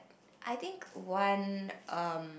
I think one um